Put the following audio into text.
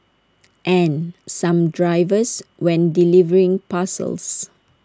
and some drivers when delivering parcels